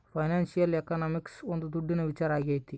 financial economics ಒಂದ್ ದುಡ್ಡಿನ ವಿಚಾರ ಆಗೈತೆ